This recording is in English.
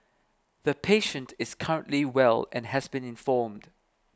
the patient is currently well and has been informed